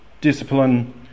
discipline